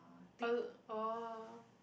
al~ oh